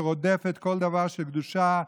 שרודפת כל דבר של קדושה,